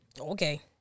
Okay